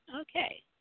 Okay